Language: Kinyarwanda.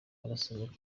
harasabwa